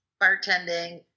bartending